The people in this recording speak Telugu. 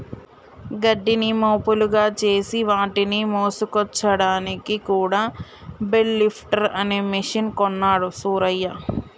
గడ్డిని మోపులుగా చేసి వాటిని మోసుకొచ్చాడానికి కూడా బెల్ లిఫ్టర్ అనే మెషిన్ కొన్నాడు సూరయ్య